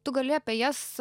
tu gali apie jas